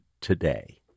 today